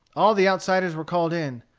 all the outsiders were called in.